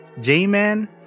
J-man